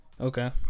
Okay